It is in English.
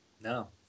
No